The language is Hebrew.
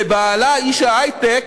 ובעלה איש ההיי-טק,